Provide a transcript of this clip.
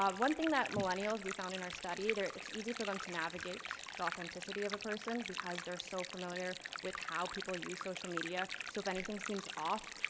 um one thing that millennials, we found in our study, th it's easy for them to navigate the authenticity of a person because they're so familiar with how people use social media. so if anything seems off,